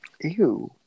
ew